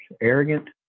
arrogant